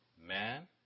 man